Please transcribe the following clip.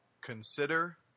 Consider